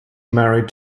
married